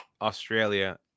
Australia